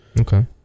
Okay